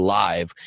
live